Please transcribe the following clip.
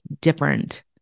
different